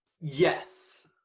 Yes